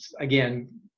again